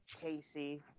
Casey